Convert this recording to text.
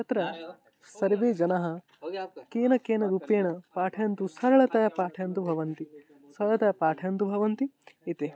तत्र सर्वे जनः केन केन रूपेण पाठयन्तु सरलतया पाठयन्तु भवन्ति सरलतया पाठयन्तु भवन्ति इति